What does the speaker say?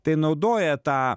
tai naudoja tą